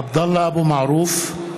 (קורא בשמות חברי הכנסת) עבדאללה אבו מערוף,